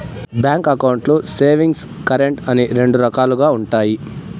bank అకౌంట్లు savings, current అని రెండు రకాలుగా ఉంటాయి